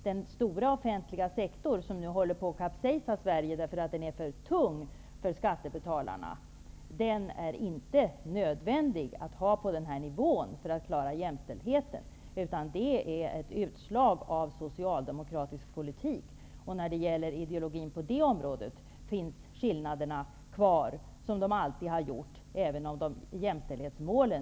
Den stora offentliga sektorn -- som gör att Sverige håller på att kapsejsa, eftersom den utgör en tung börda för skattebetalarna -- är inte nödvändig att ha på den nivån för att klara jämställdheten. Den är ett utslag av socialdemokratisk politik. Skillnaderna i ideologi finns kvar på det området, även om vi är ense om jämställdhetsmålen.